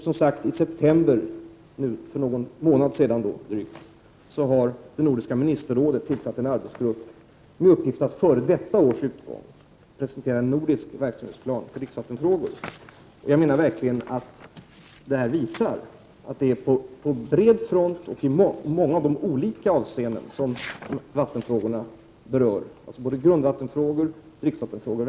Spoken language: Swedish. I september tillsatte Nordiska ministerrådet en arbetsgrupp med uppgift att före detta års utgång presentera en nordisk verksamhetsplan för dricksvattenfrågor. Detta visar verkligen att det har skett mycket på bred front och i de många olika avseenden som vattenfrågorna berör, alltså grundvattenfrågor och dricksvattenfrågor.